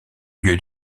lieu